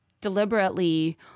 deliberately